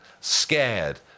scared